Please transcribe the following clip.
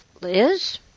Liz